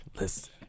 Listen